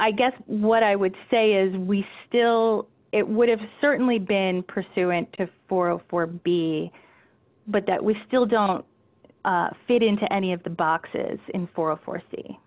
i guess what i would say is we still it would have certainly been pursuant to four o four b but that we still don't fit into any of the boxes in for a foresee